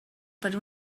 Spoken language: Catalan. per